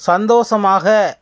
சந்தோஷமாக